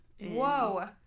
Whoa